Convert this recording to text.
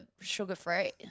sugar-free